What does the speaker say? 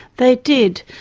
they did.